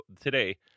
today